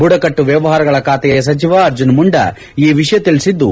ಬುಡಕಟ್ಟು ವ್ಯವಹಾರಗಳ ಖಾತೆಯ ಸಚಿವ ಅರ್ಜುನ್ ಮುಂಡಾ ಈ ವಿಷಯ ತಿಳಿಸಿದ್ದು